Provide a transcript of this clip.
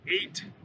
eight